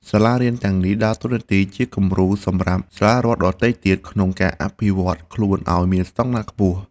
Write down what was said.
សាលារៀនទាំងនេះដើរតួនាទីជាគំរូសម្រាប់សាលារដ្ឋដទៃទៀតក្នុងការអភិវឌ្ឍន៍ខ្លួនឱ្យមានស្តង់ដារខ្ពស់។